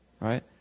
right